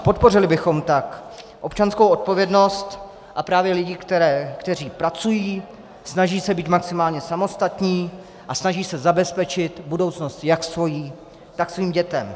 Podpořili bychom tak občanskou odpovědnost a právě lidi, kteří pracují, snaží se být maximálně samostatní a snaží se zabezpečit budoucnost jak svoji, tak svých dětí.